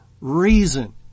reason